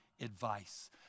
advice